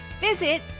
Visit